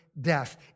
death